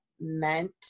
meant